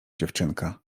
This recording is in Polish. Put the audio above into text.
dziewczynka